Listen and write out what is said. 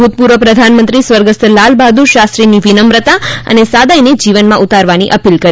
ભૂતપૂર્વ પ્રધાનમંત્રી સ્વર્ગસ્થ લાલબહાદુર શાસ્ત્રીની વિનમ્રતા અને સાદાઇને જીવનમાં ઉતારવાની અપીલ કરી